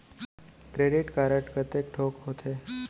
Credit card कतेक ठोक होथे?